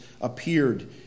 appeared